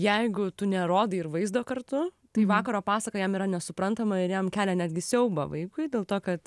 jeigu tu nerodai ir vaizdo kartu tai vakaro pasaka jam yra nesuprantama ir jam kelia netgi siaubą vaikui dėl to kad